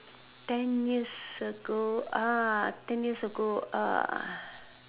ten years ago ten years ago